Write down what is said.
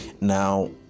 now